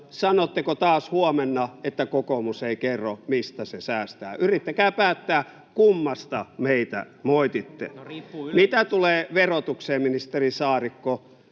Sanotteko taas huomenna, että kokoomus ei kerro, mistä se säästää? Yrittäkää päättää, kummasta meitä moititte. Mitä tulee verotukseen, ministeri Saarikko,